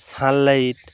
sunlight